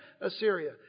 Assyria